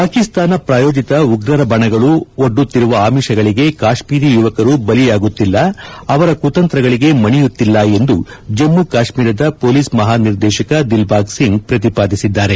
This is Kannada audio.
ಪಾಕಿಸ್ತಾನ ಪ್ರಾಯೋಜಿತ ಉಗ್ರರ ಬಣಗಳು ಒಡ್ಡುತ್ತಿರುವ ಆಮಿಷಗಳಿಗೆ ಕಾಶ್ಮೀರಿ ಯುವಕರು ಬಲಿಯಾಗುತ್ತಿಲ್ಲ ಅವರ ಕುತಂತ್ರಗಳಿಗೆ ಮಣಿಯುತ್ತಿಲ್ಲ ಎಂದು ಜಮ್ಮು ಕಾಶ್ಮೀರದ ಪೊಲೀಸ್ ಮಹಾ ನಿರ್ದೇಶಕ ದಿಲ್ಬಾಗ್ ಸಿಂಗ್ ಪ್ರತಿಪಾದಿಸಿದ್ದಾರೆ